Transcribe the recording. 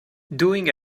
doing